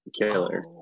killer